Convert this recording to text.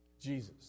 Jesus